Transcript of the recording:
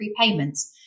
prepayments